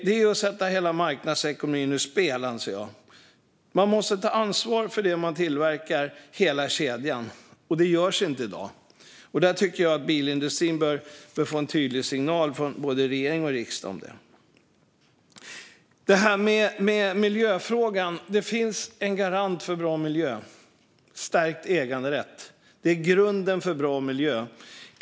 Det är att sätta hela marknadsekonomin ur spel, anser jag. Man måste ta ansvar för hela kedjan i det man tillverkar, och det görs inte i dag. Jag tycker att bilindustrin bör få en tydlig signal från både regering och riksdag om det. När det gäller miljöfrågan finns det en garant för bra miljö, nämligen stärkt äganderätt. Det är grunden för en bra miljö.